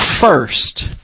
first